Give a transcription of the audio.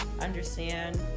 understand